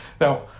Now